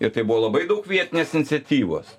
ir tai buvo labai daug vietinės iniciatyvos